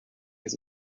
his